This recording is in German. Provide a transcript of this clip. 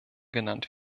genannt